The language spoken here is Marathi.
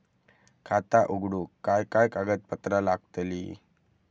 खाता उघडूक काय काय कागदपत्रा लागतली?